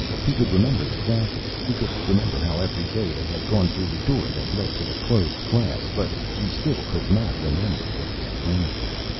he could remember the classes. he could remember how, every day, they had gone through the door that led to the closed class. but he still could not remember what he had learned there.